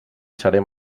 serem